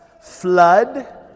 flood